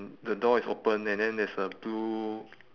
the door is open and then there's a blue